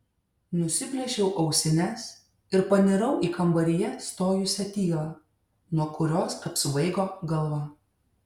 nusiplėšiau ausines ir panirau į kambaryje stojusią tylą nuo kurios apsvaigo galva